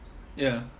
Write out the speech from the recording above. ya